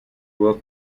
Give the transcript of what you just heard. work